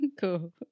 Cool